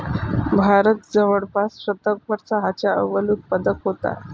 भारत जवळपास शतकभर चहाचा अव्वल उत्पादक होता